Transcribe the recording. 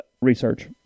Research